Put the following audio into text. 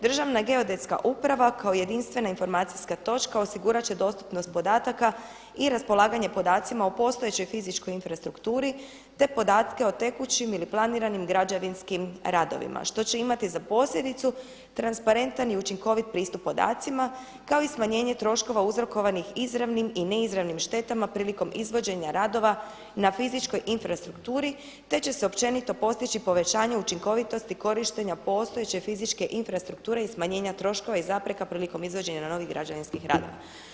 Državna geodetska uprava kao jedinstvena informacijska točka osigurat će dostupnost podataka i raspolaganje podacima u postojećoj fizičkoj infrastrukturi te podatke o tekućim ili planiranim građevinskim radovima što će imati za posljedicu transparentan i učinkovit pristup podacima kao i smanjenje troškova uzrokovanih izravnim i neizravnim štetama prilikom izvođenja radova na fizičkoj infrastrukturi te će se općenito postići povećanje učinkovitosti korištenja postojeće fizičke infrastrukture i smanjenja troškova i zapreka prilikom izvođenja novih građevinskih radova.